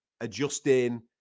adjusting